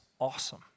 awesome